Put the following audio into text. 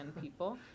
people